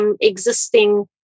existing